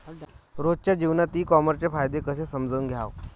रोजच्या जीवनात ई कामर्सचे फायदे कसे समजून घ्याव?